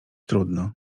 trudno